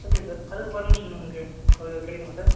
okay sir அதுக்கு permission இங்கே அது கிடைக்குமா சார்